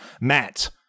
Matt